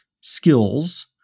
skills